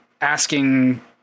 asking